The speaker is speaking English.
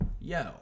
yo